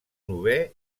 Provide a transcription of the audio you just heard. novè